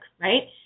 Right